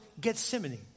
Gethsemane